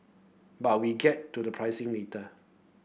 but we get to the pricing later